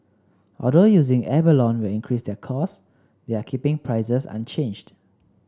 although using abalone will increase their cost they are keeping prices unchanged